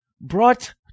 brought